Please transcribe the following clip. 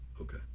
Okay